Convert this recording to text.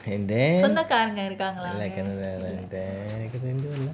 and then எனக்கு ஏதும் இல்ல:enaku yethum illa